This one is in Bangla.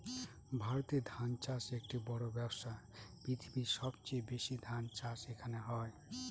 ভারতে ধান চাষ একটি বড়ো ব্যবসা, পৃথিবীর সবচেয়ে বেশি ধান চাষ এখানে হয়